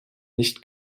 nicht